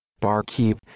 barkeep